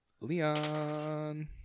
Leon